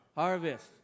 Harvest